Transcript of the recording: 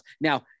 Now